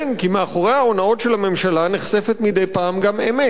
כי מאחורי ההונאות של הממשלה נחשפת מדי פעם גם אמת.